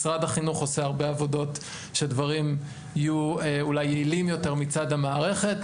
משרד החינוך עושה הרבה עבודות שדברים יהיו אולי יעילים יותר מצד המערכת,